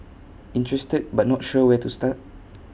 interested but not sure where to start